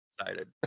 excited